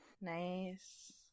Nice